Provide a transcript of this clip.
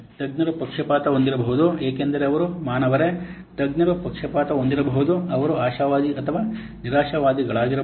ತಜ್ಞರು ಪಕ್ಷಪಾತ ಹೊಂದಿರಬಹುದು ಏಕೆಂದರೆ ಅವರು ಮಾನವರೆ ತಜ್ಞರು ಪಕ್ಷಪಾತ ಹೊಂದಿರಬಹುದು ಅವರು ಆಶಾವಾದಿ ಅಥವಾ ನಿರಾಶಾವಾದಿಗಳಾಗಿರಬಹುದು